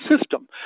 system